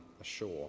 ashore